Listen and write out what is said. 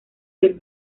del